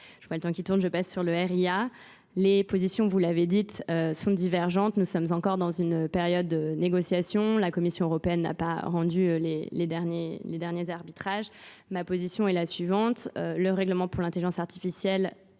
Je vois le temps qui tourne, je passe sur le RIA. Les positions, vous l'avez dites, sont divergentes. Nous sommes encore dans une période de négociation. La Commission européenne n'a pas rendu les derniers arbitrages. Ma position est la suivante. Le règlement pour l'intelligence artificielle